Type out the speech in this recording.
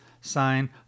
sign